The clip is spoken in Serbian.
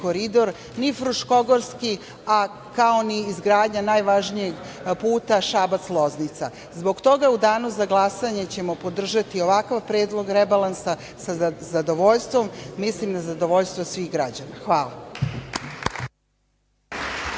koridor, ni Fruškogorski, kao ni izgradnja najvažnijeg puta Šabac-Loznica. Zbog toga u danu za glasanje ćemo podržati ovakav predlog rebalansa sa zadovoljstvom mislim na zadovoljstvo svih građana. Hvala.